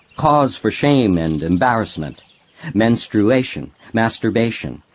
cause for shame and embarrassment menstruation, masturbation,